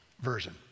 version